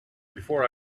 before